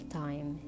time